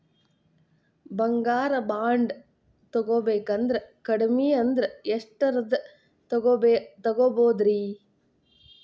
ಬಂಗಾರ ಬಾಂಡ್ ತೊಗೋಬೇಕಂದ್ರ ಕಡಮಿ ಅಂದ್ರ ಎಷ್ಟರದ್ ತೊಗೊಬೋದ್ರಿ?